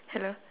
hello